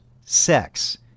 sex